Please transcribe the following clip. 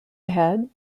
ahead